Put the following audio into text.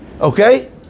Okay